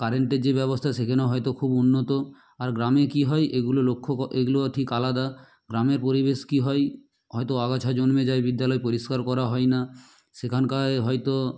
কারেন্টের যে ব্যবস্থা সেখানে হয়তো খুব উন্নত আর গ্রামে কী হয় এগুলো লক্ষ্য ক এগুলো ঠিক আলাদা গ্রামের পরিবেশ কী হয় হয়তো আগাছা জন্মে যায় বিদ্যালয় পরিষ্কার করা হয় না সেখানটায় হয়তো